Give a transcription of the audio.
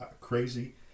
crazy